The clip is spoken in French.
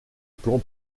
plan